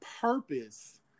purpose